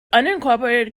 unincorporated